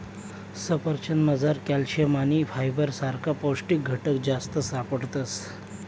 सफरचंदमझार कॅल्शियम आणि फायबर सारखा पौष्टिक घटक जास्त सापडतस